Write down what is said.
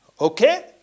Okay